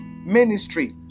ministry